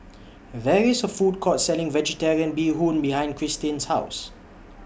There IS A Food Court Selling Vegetarian Bee Hoon behind Christin's House